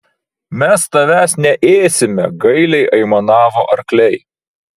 mes tavęs neėsime gailiai aimanavo arkliai